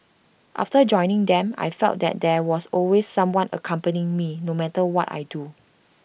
after joining them I felt that there was always someone accompanying me no matter what I do